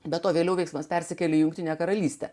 be to vėliau veiksmas persikėlė į jungtinę karalystę